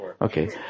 Okay